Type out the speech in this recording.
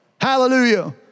Hallelujah